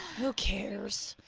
who cares?